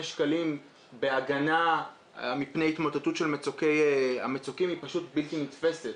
שקלים בהגנה מפני התמוטטות של המצוקים היא פשוט בלתי נתפסת.